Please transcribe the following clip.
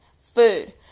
food